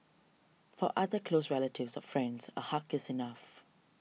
for other close relatives or friends a hug is enough